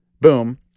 boom